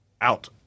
out